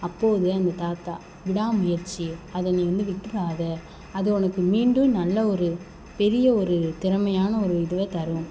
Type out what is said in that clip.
அப்போது அந்த தாத்தா விடாமுயற்சி அதை நீ வந்து விட்டுவிடாத அது உனக்கு மீண்டும் நல்ல ஒரு பெரிய ஒரு திறமையான ஒரு இதுவை தரும்